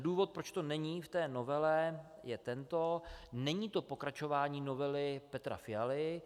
Důvod, proč to není v novele, je tento: Není to pokračování novely Petra Fialy.